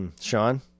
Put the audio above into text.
Sean